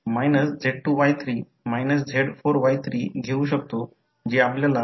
येथे current i1 प्रवेश करत आहे आणि या कॉइलमधील म्युच्युअल इंडक्टन्स M द्वारे दर्शविले गेले आहे